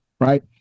Right